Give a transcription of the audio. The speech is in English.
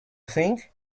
think